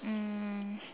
um